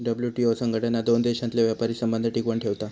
WTO संघटना दोन देशांतले व्यापारी संबंध टिकवन ठेवता